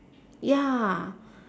ya